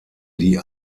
die